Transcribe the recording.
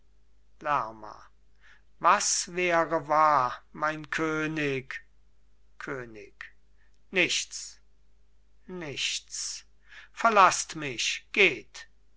lerma was wäre wahr mein könig könig nichts nichts verlaßt mich geht